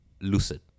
lucid